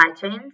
chains